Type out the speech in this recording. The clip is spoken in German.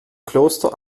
kloster